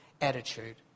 attitude